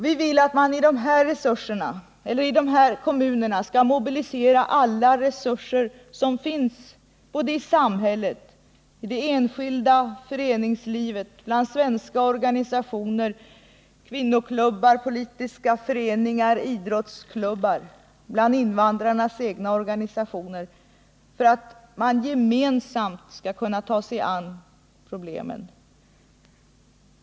Vi vill att man i de här kommunerna skall mobilisera alla resurser som finns i samhället, i det enskilda föreningslivet bland svenska organisationer, kvinnoklubbar, politiska föreningar och idrottsklubbar samt bland invandrarnas egna organisationer för att gemensamt kunna ta sig an problemen.